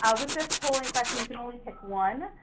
ah with this polling question you can only pick one,